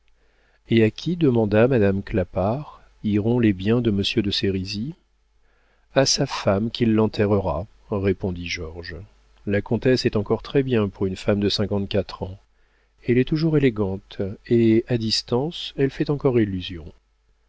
et à qui demanda madame clapart iront les biens de monsieur de sérisy a sa femme qui l'enterrera répondit georges la comtesse est encore très bien pour une femme de cinquante-quatre ans elle est toujours élégante et à distance elle fait encore illusion